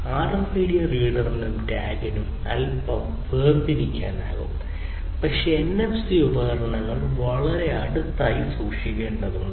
RFID റീഡറിനും ടാഗിനും അൽപ്പം വേർതിരിക്കാനാകും പക്ഷേ എൻഎഫ്സി ഉപകരണങ്ങൾ വളരെ അടുത്തായി സൂക്ഷിക്കേണ്ടതുണ്ട്